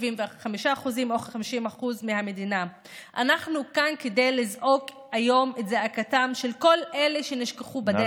כ-75% או 50%. אנחנו כאן כדי לזעוק היום את זעקתם של כל אלה שנשכחו בדרך,